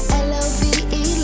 love